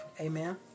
Amen